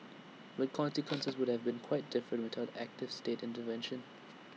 but consequences would have been quite different without active state intervention